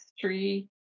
three